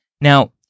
Now